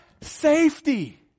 Safety